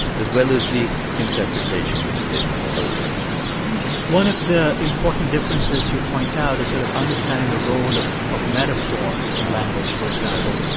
as well as the interpretation in the whole picture one of the important differences you point out is sort of understanding the role of of metaphor in language. for example,